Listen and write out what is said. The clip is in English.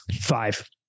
five